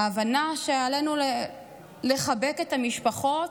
ההבנה היא שעלינו לחבק את המשפחות,